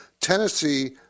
Tennessee